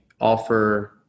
offer